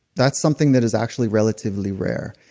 that's something that is actually relatively rare.